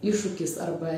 iššūkis arba